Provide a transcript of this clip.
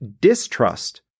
distrust